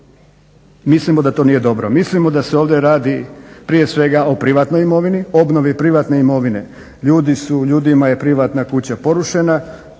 Mislimo da to nije dobro, mislimo da se ovdje radi prije svega o privatnoj imovini, obnovi privatne imovine. Ljudima je privatna kuća porušena,